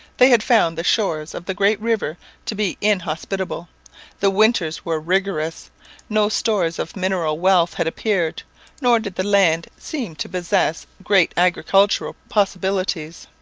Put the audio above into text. they had found the shores of the great river to be inhospitable the winters were rigorous no stores of mineral wealth had appeared nor did the land seem to possess great agricultural possibilities.